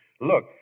Look